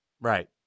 Right